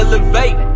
Elevate